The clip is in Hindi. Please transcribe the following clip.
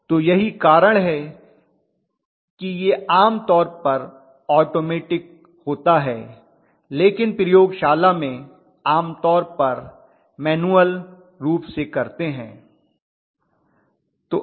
तो यही कारण है कि यह आम तौर पर ऑटोमैटिक होता है लेकिन प्रयोगशाला में आमतौर पर मैन्युअल रूप से करते हैं